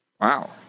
wow